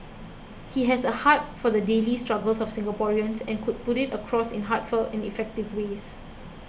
he has a heart for the daily struggles of Singaporeans and could put it across in heartfelt and effective ways